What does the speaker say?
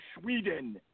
Sweden